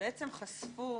בעצם חשפו